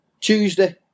Tuesday